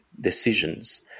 decisions